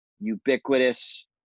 ubiquitous